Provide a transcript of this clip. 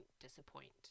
disappoint